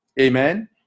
Amen